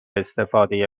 استفاده